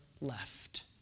left